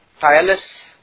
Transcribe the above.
tireless